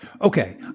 Okay